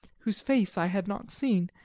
whose face i had not seen,